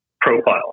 profile